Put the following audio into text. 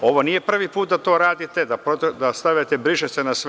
Ovo nije prvi put da to radite, da stavljate briše se na sve.